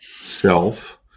self